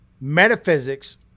metaphysics